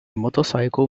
motorcycle